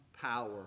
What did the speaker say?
power